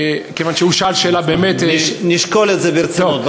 כיוון שהוא שאל שאלה באמת, נשקול את זה ברצינות.